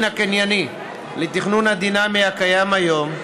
הקנייני לתכנון הדינמי הקיים היום,